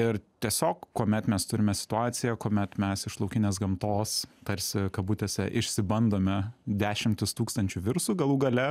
ir tiesiog kuomet mes turime situaciją kuomet mes iš laukinės gamtos tarsi kabutėse išsibandome dešimtis tūkstančių virusų galų gale